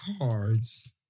cards